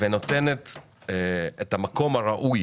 ונותנת את המקום הראוי